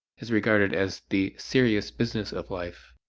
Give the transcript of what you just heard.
is regarded as the serious business of life.